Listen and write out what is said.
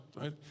right